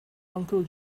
uncle